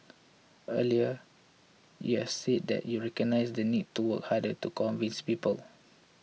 earlier you have said that you recognise the need to work harder to convince people